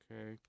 Okay